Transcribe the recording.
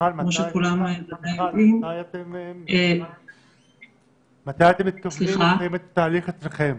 כמו שכולנו היינו עדים --- מתי אתם מתכוונים לסיים את התהליך אצלכם?